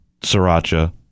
sriracha